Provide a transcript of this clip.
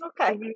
Okay